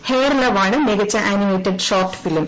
hair love ആണ് മികച്ച animated short film